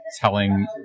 telling